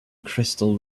crystal